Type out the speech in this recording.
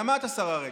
גם את, השרה רגב.